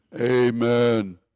amen